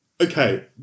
okay